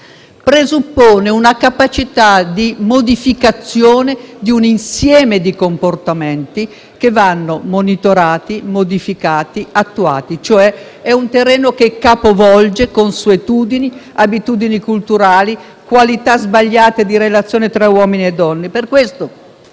presuppone una capacità di modificazione di un insieme di comportamenti che vanno monitorati, modificati e attuati. Si tratta, cioè, di un terreno che capovolge consuetudini, abitudini culturali e qualità sbagliata di relazioni tra uomini e donne.